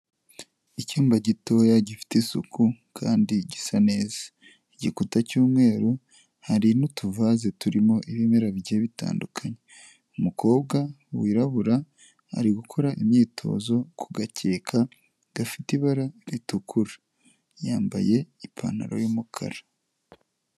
Icyumba gitoya gifite isuku kandi gisa neza igikuta cy'umweru hari n'utuvase turimo ibimera bigiye bitandukanye umukobwa wirabura ari gukora imyitozo ku gakeka gafite ibara ritukura yambaye ipantaro y'umukara.